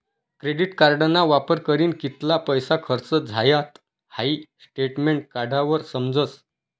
credit कार्डना वापर करीन कित्ला पैसा खर्च झायात हाई स्टेटमेंट काढावर समजस